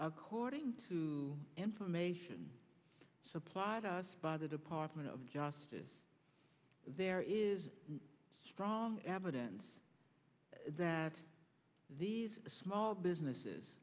according to information supplied us by the department of justice there is strong evidence that these small businesses